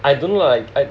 I don't know lah I